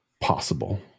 possible